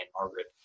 margaret